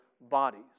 bodies